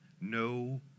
no